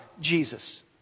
Jesus